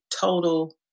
total